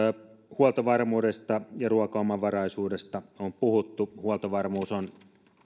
huoltovarmuudesta ja ruokaomavaraisuudesta on puhuttu huoltovarmuus on